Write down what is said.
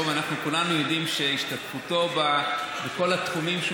כולנו יודעים שהשתתפותו בכל התחומים שהוא